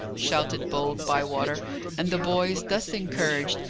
shouted bold bywater and the boys, thus encouraged,